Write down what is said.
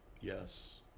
yes